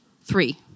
three